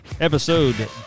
Episode